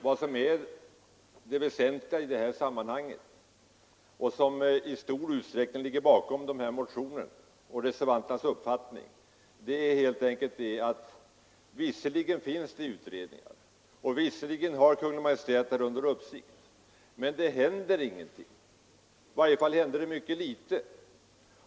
Vad som är väsentligt i detta sammanhang och som i stor utsträckning ligger bakom motionärernas och reservanternas uppfattning är helt enkelt att det visserligen finns utredningar och att Kungl. Maj:t visserligen har denna fråga under uppsikt men att ingenting händer. I varje fall händer det mycket litet.